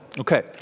Okay